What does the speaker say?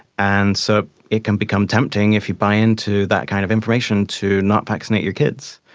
and so it can become tempting if you buy into that kind of information to not vaccinate your kids.